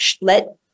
let